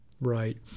Right